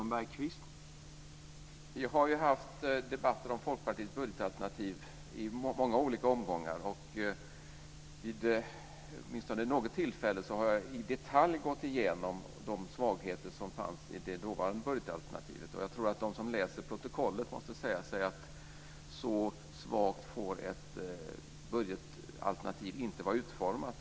Herr talman! Vi har haft debatter om Folkpartiets budgetalternativ i många olika omgångar, och vid åtminstone något tillfälle har jag i detalj gått igenom de svagheter som fanns i det dåvarande budgetalternativet. Jag tror att de som läser protokollet måste säga sig att ett budgetalternativ inte får vara så svagt utformat.